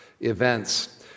events